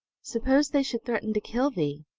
suppose they should threaten to kill thee?